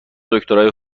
دکترای